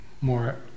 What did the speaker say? more